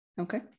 okay